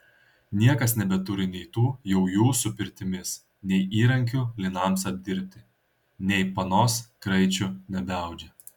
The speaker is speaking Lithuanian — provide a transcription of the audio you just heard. niekas nebeturi nei tų jaujų su pirtimis nei įrankių linams apdirbti nei panos kraičių nebeaudžia